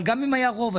אבל גם אם היה רוב,